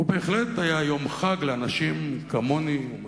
זה בהחלט היה יום חג לאנשים כמוני, הומניסטים,